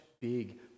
big